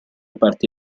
parti